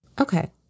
okay